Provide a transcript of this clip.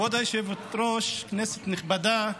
היושבת-ראש, כנסת נכבדה,